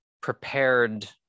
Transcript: prepared